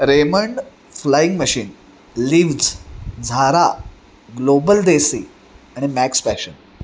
Raymond Flying Machine Levi's Zara Global Desi आणि Max fashion